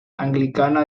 anglicana